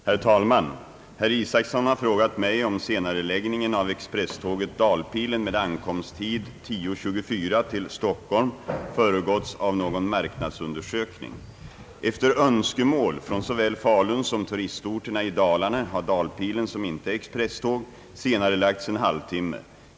Herr talman! Herr Isacson har frågat mig om senareläggningen av expresståget Dalpilen med ankomsttid 10.24 till Stockholm föregåtts av någon marknadsundersökning. Efter önskemål från såväl Falun som turistorterna i Dalarna har Dalpilen — som inte är expresståg — senarelagts en halvtimme.